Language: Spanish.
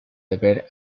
deber